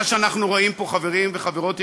מה שאנחנו רואים פה, חברים וחברות יקרים,